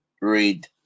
read